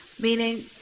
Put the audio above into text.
meaning